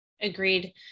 Agreed